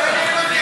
כן.